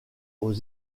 aux